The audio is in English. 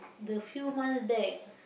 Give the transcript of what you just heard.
the few months back